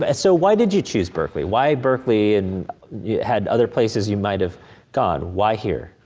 but so why did you choose berkeley? why berkeley, and you had other places you might have gone. why here?